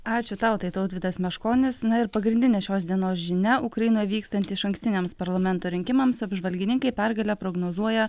ačiū tau tai tautvydas meškonis na ir pagrindinė šios dienos žinia ukrainoje vykstant išankstiniams parlamento rinkimams apžvalgininkai pergalę prognozuoja